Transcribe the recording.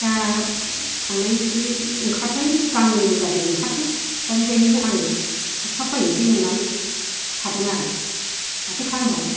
दा थांनाय बे ओंखारबाय गांनै मेगाजिन ओंखारदों दा बेबादिनो आङो हरसाब बायसै नंनानै थादों आरो माथो खालामबावनो